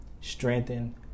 strengthen